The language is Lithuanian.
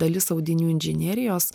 dalis audinių inžinerijos